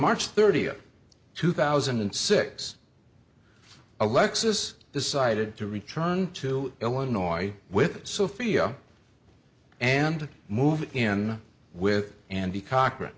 march thirtieth two thousand and six alexis decided to return to illinois with sophia and moved in with andy cochran